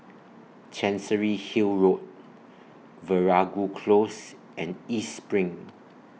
Chancery Hill Road Veeragoo Close and East SPRING